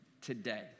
today